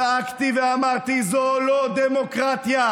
צעקתי ואמרתי: זה לא דמוקרטיה.